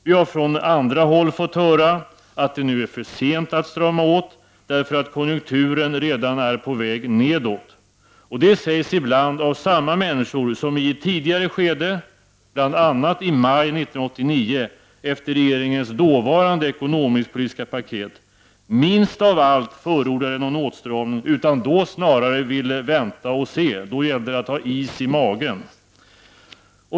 Vi har från vissa håll fått höra att det nu är för sent att strama åt, därför att konjunkturen redan är på väg nedåt. Detta sägs ibland av samma människor som i ett tidigare skede, bl.a. i maj 1989 efter regeringens dåvarande ekonomisk-politiska paket, minst av allt förordade någon åtstramning utan då snarare ville vänta och se. Då gällde det att ha is i magen.